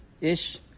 Ish